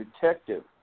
detective